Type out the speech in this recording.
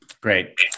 Great